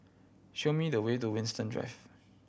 show me the way to Winstedt Drive